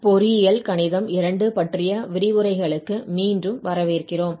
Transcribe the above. பொறியியல் கணிதம் II பற்றிய விரிவுரைகளுக்கு மீண்டும் வரவேற்கிறோம்